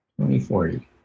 2040